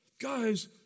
Guys